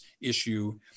issue